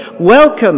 Welcome